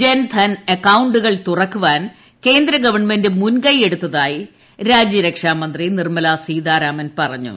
ജൻധൻ അക്കൌണ്ടുകൾ തുറക്കുവാൻ കേന്ദ്ര ഗവൺമെന്റ് മുൻകൈ എടുത്തായി രാജ്യരക്ഷാമന്ത്രി നിർമ്മലാ സീതാരാമൻ പറഞ്ഞു